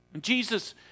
Jesus